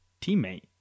teammate